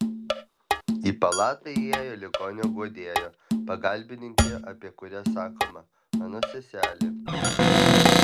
į palatą įėjo ligonio guodėja pagalbininkė apie kurią sakoma mano seselė